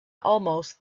almost